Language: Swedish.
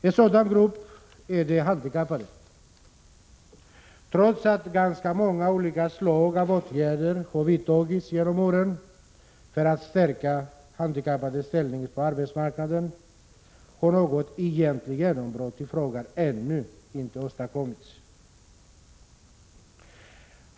En sådan grupp är de handikappade. Trots att ganska många olika slag av åtgärder har vidtagits genom åren för att stärka de handikappades ställning på arbetsmarknaden, har något egentligt genombrott i frågan ännu inte åstadkommits.